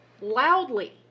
loudly